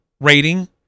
rating